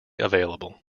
available